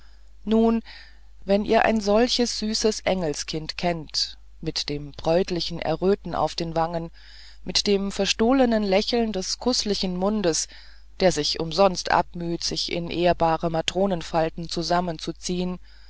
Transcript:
herzen nun wenn ihr ein solches süßes engelskind kennt mit dem bräutlichen erröten auf den wangen mit dem verstohlenen lächeln des kußlichen mundes der sich umsonst bemüht sich in ehrbare matronenfalten zusammenzuziehen